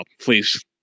please